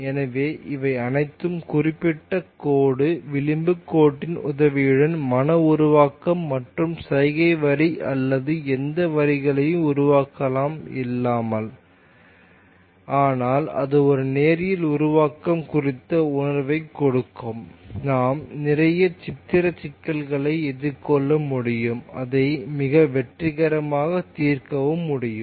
எனவே இவை அனைத்தும் குறிக்கப்பட்ட கோடு விளிம்பு கோட்டின் உதவியுடன் மன உருவாக்கம் மற்றும் சைகை வரி அல்லது எந்த வரிகளையும் உருவாக்காமல் இருக்கலாம் ஆனால் அது ஒரு நேரியல் உருவாக்கம் குறித்த உணர்வைக் கொடுக்கும் நாம் நிறைய சித்திர சிக்கல்களை எதிர்கொள்ள முடியும் அதை மிக வெற்றிகரமாக தீர்க்கவும் முடியும்